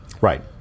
Right